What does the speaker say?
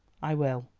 i will.